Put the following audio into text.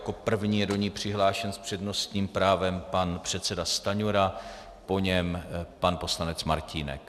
Jako první je do ní přihlášen s přednostním právem pan předseda Stanjura, po něm pan poslanec Martínek.